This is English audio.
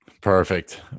perfect